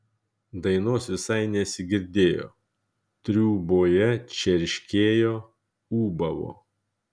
dainos visai nesigirdėjo triūboje čerškėjo ūbavo